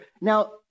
Now